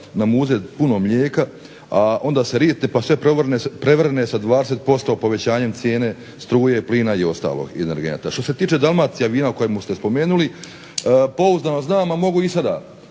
namuze puno mlijeka, a onda se ritne pa sve prevrne sa 20% povećanjem cijene struje, plina i ostalog, energenata. Što se tiče Dalmacijavina kojega ste spomenuli pouzdano znam, a mogu i sada